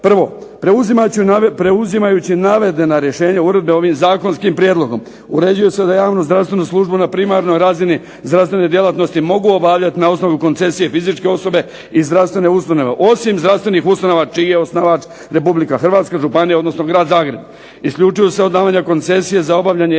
prvo, preuzimajući navedena rješenja uredbe ovim zakonskim prijedlogom uređuje se da javno zdravstvenu službu na primarnoj razini zdravstvene djelatnosti mogu obavljati na osnovu koncesije fizičke osobe, i zdravstvene ustanove. Osim zdravstvenih ustanova čiji je osnivač Republika Hrvatska, županija, odnosno grad Zagreb. Isključivo se u davanje koncesije za obavljanje